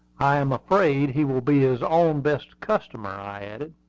i am afraid he will be his own best customer, i added.